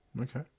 Okay